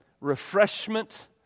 refreshment